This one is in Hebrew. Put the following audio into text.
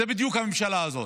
זה בדיוק הממשלה הזאת.